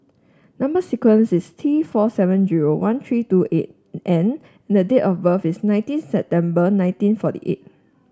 number sequence is T four seven zero one three two eight N and date of birth is nineteen September nineteen forty eight